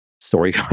Story